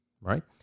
Right